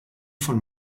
von